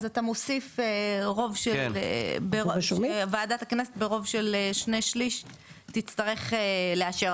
אז אתה מוסיף ועדת הכנסת ברוב של שני שליש תצטרך לאשר.